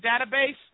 database